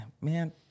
man